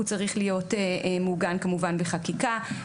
הוא צריך להיות מעוגן כמובן בחקיקה.